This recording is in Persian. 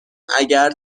اگر